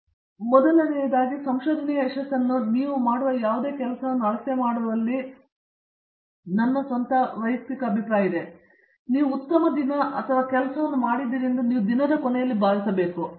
ನಿರ್ಮಲ ಮೊದಲನೆಯದಾಗಿ ಈ ಸಂಶೋಧನೆಯ ಯಶಸ್ಸನ್ನು ಅಥವಾ ನೀವು ಮಾಡುವ ಯಾವುದೇ ಕೆಲಸವನ್ನು ಅಳತೆ ಮಾಡುವಲ್ಲಿ ನನ್ನ ಸ್ವಂತ ವೈಯಕ್ತಿಕ ಅಭಿಪ್ರಾಯವು ನೀವು ಉತ್ತಮ ದಿನ ಮತ್ತು ಕೆಲಸವನ್ನು ಮಾಡಿದ್ದೀರಿ ಎಂದು ನೀವು ದಿನದ ಕೊನೆಯಲ್ಲಿ ಭಾವಿಸುತ್ತೀರಿ